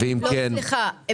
ואם כן -- לא, סליחה,